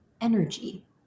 energy